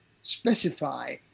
specify